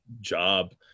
job